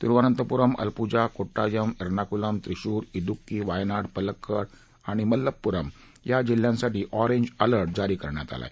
तिरूअनंतपुरम अलपुजा कोड्डायम एर्नाकुलम त्रिशूर कुक्की वायनाड पलक्कड आणि मलप्पुरम जिल्ह्यांसाठी ऑरेंज अलर्ट जारी करण्यात आला आहे